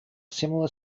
similar